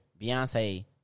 Beyonce